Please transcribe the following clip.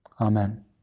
Amen